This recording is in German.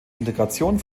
integration